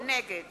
נגד